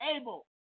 able